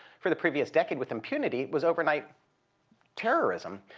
for the previous decade with impunity was overnight terrorism.